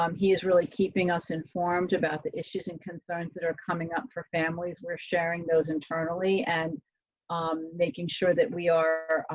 um he is really keeping us informed about the issues and concerns that are coming up for families. we're sharing those internally and um making sure that we are.